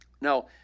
Now